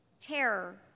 terror